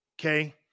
Okay